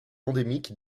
endémique